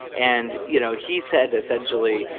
and, you know, he said essentially,